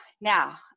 Now